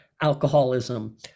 alcoholism